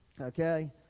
Okay